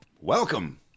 Welcome